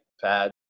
pad